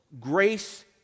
grace